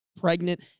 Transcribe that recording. pregnant